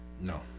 No